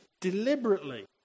deliberately